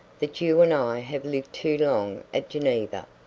that you and i have lived too long at geneva!